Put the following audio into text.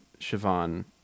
Siobhan